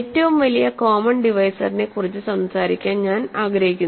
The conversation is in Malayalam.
ഏറ്റവും വലിയ കോമൺ ഡിവൈസറിനെക്കുറിച്ച് സംസാരിക്കാൻ ഞാൻ ആഗ്രഹിക്കുന്നു